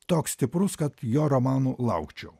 toks stiprus kad jo romanų laukčiau